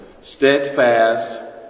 steadfast